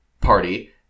party